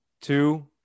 two